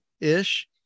ish